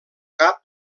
cap